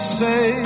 say